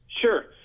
Sure